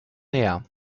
näher